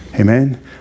Amen